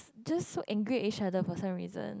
just so angry each other person reason